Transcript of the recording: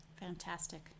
Fantastic